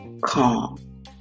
Calm